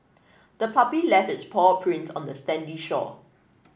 the puppy left its paw prints on the sandy shore